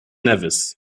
nevis